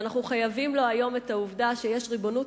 ואנחנו חייבים לו היום את העובדה שיש ריבונות